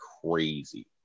crazy